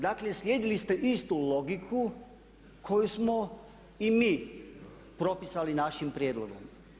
Dakle, slijedili ste istu logiku koju smo i mi propisali našim prijedlogom.